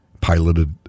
piloted